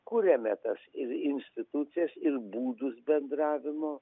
kuriame tas institucijas ir būdus bendravimo